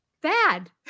bad